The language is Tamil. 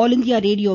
ராஜீ